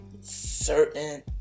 certain